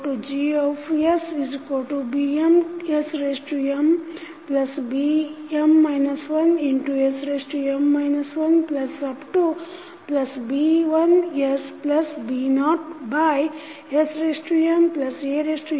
ytutGsbmsmbm 1sm 1b1sb0snan 1sn 1